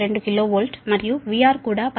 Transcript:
2 KV మరియు VR కూడా 10